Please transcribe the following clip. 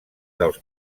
dels